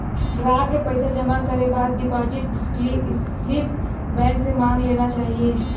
ग्राहक के पइसा जमा करे के बाद डिपाजिट स्लिप बैंक से मांग लेना चाही